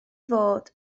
fod